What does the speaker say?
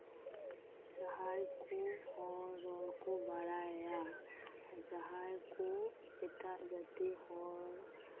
ᱡᱟᱦᱟᱸᱭ ᱠᱚ ᱦᱚᱲ ᱨᱚᱲ ᱠᱚ ᱵᱟᱲᱟᱭᱟ ᱡᱟᱦᱟᱸᱭ ᱠᱚ ᱮᱴᱟᱜ ᱡᱟᱹᱛᱤ ᱦᱚᱲ